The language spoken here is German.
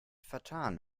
vertan